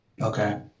Okay